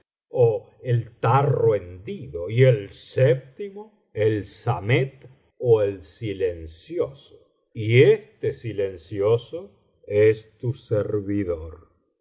ó el tarro hendido y el séptimo el samet ó el silencioso y este silencioso es tu servidor